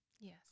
Yes